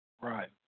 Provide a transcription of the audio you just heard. Right